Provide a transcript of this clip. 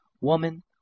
Woman